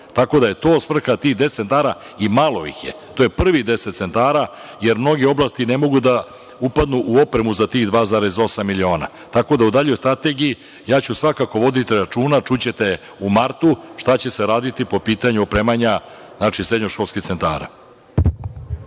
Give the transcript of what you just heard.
da je to svrha tih deset centara i malo ih je. To je prvih deset centara, jer mnoge oblasti ne mogu da upadnu u opremu za tih 2,8 miliona. Tako da u daljoj strategiji svakako ću voditi računa. Čućete u martu šta će se raditi po pitanju opremanja srednjoškolskih centara.